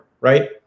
right